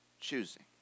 choosing